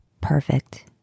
Perfect